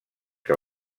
que